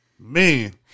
Man